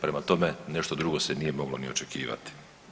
Prema tome, nešto drugo se nije moglo ni očekivati.